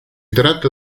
tratta